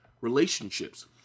relationships